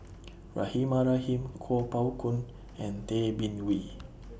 Rahimah Rahim Kuo Pao Kun and Tay Bin Wee